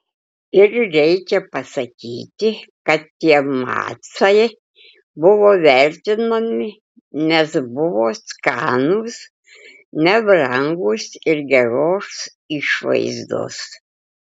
ir reikia pasakyti kad tie macai buvo vertinami nes buvo skanūs nebrangūs ir geros išvaizdos